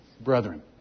Brethren